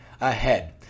ahead